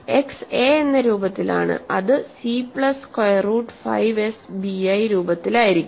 X a എന്ന രൂപത്തിലാണ് അത് c plus square root 5s b i രൂപത്തിലായിരിക്കും